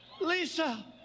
Lisa